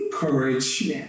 Courage